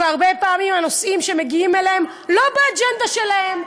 והרבה פעמים הנושאים שמגיעים אליהם אינם באג'נדה שלהם.